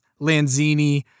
Lanzini